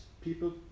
people